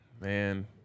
man